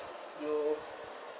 you